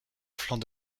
flancs